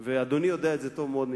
אדוני יודע את זה טוב מאוד,